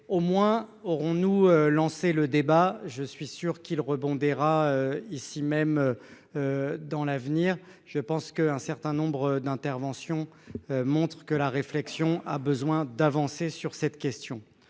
au moins. Aurons-nous lancer le débat je suis sûre qu'il rebondira ici même. Dans l'avenir, je pense que un certain nombre d'interventions montrent que la réflexion a besoin d'avancer sur cette question.